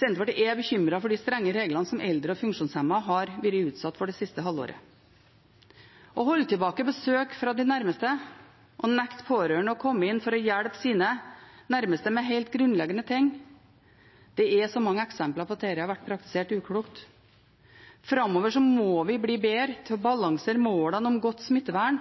Senterpartiet er bekymret for de strenge reglene eldre og funksjonshemmede har vært utsatt for det siste halve året – å holde tilbake besøk fra de nærmeste, å nekte pårørende å komme inn for å hjelpe sine nærmeste med helt grunnleggende ting. Det er mange eksempler på at dette har vært praktisert uklokt. Framover må vi bli bedre til å balansere målene om godt smittevern